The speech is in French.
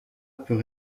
peut